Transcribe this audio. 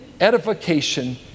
edification